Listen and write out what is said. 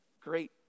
great